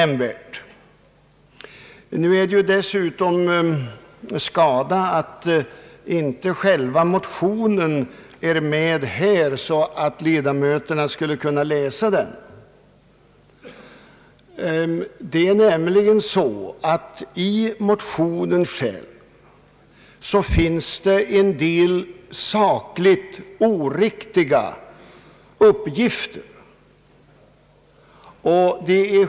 Det är skada att själva motionen inte finns med i utlåtandet — ledamöterna borde ha kunnat få läsa den. Det förhåller sig nämligen så att i själva motionen finns en del sakligt oriktiga uppgifter.